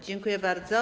Dziękuję bardzo.